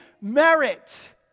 merit